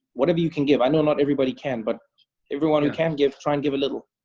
whatever you can give. i know not everybody can, but everyone who can give, try and give a little.